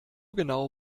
genau